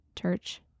church